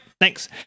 thanks